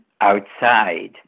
outside